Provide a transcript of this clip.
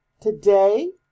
Today